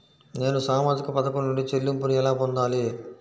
నేను సామాజిక పథకం నుండి చెల్లింపును ఎలా పొందాలి?